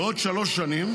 בעוד שלוש שנים,